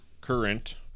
current